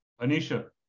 Anisha